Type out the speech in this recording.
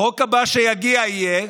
החוק הבא שיגיע יהיה